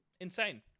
Insane